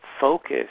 focus